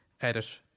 edit